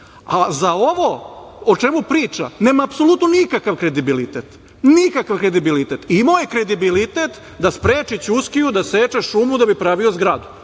ovo o čemu priča nema apsolutno nikakav kredibilitet. Imao je kredibilitet da spreči Ćuskiju da seče šumu da bi pravio zgradu.